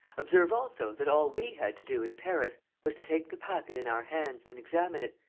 observe also that all we had to do, in paris, was to take the packet in our hands and examine it,